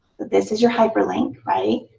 this is your hyperlink, right.